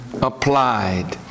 applied